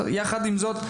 יחד עם זאת,